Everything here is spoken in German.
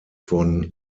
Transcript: von